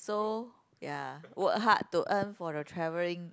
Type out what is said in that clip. so ya work hard to earn for your travelling